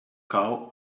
call